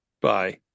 Bye